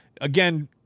again